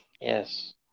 Yes